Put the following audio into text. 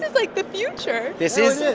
like, the future this is.